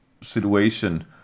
situation